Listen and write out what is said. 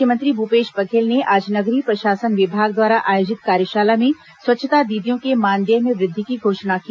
मुख्यमंत्री भूपेश बघेल ने आज नगरीय प्रशासन विभाग द्वारा आयोजित कार्यशाला में स्वच्छता दीदियों के मानदेय में वृद्धि की घोषणा की